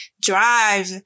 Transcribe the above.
drive